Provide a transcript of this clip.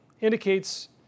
indicates